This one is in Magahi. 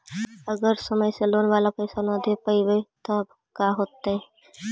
अगर समय से लोन बाला पैसा न दे पईबै तब का होतै?